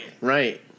Right